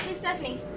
stephanie,